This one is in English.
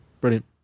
brilliant